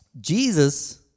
Jesus